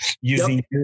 using